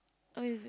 oh is